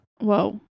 Whoa